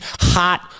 hot